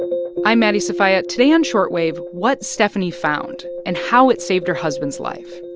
i'm maddie sofia. today on short wave, what steffanie found and how it saved her husband's life.